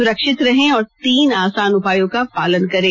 सुरक्षित रहें और तीन आसान उपायों का पालन करें